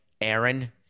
Aaron